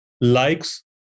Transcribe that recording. likes